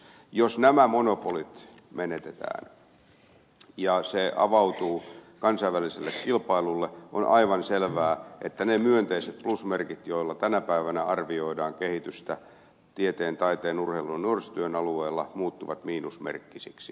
jos nämä monopolit menetetään ja se avautuu kansainväliselle kilpailulle on aivan selvää että ne myönteiset plusmerkit joilla tänä päivänä arvioidaan kehitystä tieteen taiteen urheilun ja nuorisotyön alueella muuttuvat miinusmerkkisiksi